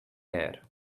air